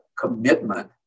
commitment